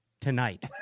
tonight